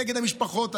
נגד המשפחות האלה.